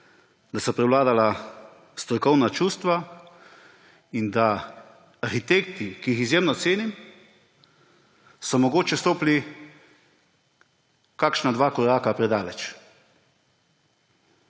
da so prevladala strokovna čustva in da so arhitekti, ki jih izjemno cenim, mogoče stopili kakšna dva koraka predaleč.